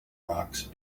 rocks